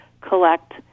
collect